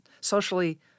socially